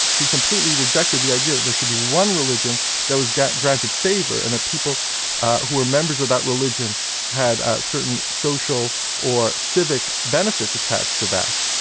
he completely rejected the idea that there should be one religion that was granted favour, and that people who were members of that religion had certain social or civic benefits attached to that.